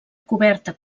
coberta